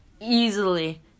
Easily